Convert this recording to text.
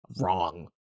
wrong